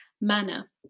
manner